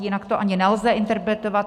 Jinak to ani nelze interpretovat.